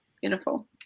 Beautiful